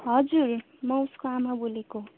हजुर म उसको आमा बोलेको